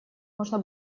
можно